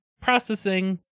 processing